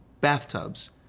Bathtubs